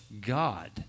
God